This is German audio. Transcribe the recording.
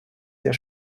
sehr